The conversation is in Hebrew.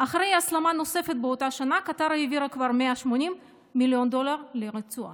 אחרי הסלמה נוספת באותה שנה קטאר העבירה כבר 180 מיליון דולר לרצועה.